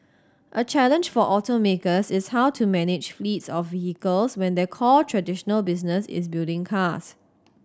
a challenge for automakers is how to manage fleets of vehicles when their core traditional business is building cars